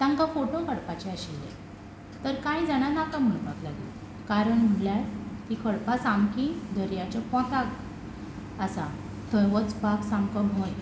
तांकां फोटो काडपाचे आशिल्ले तर कांय जाणां नाका म्हणपाक लागलीं कारण म्हणल्यार तीं खडपां सामकी दर्याच्या पोंताक आसा थंय वचपाक सामको भंय